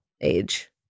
age